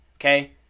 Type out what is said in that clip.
okay